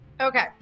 okay